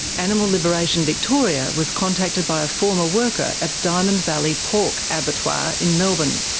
animal liberation victoria was contacted by a former worker at diamond valley pork abattoir in melbourne.